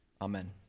amen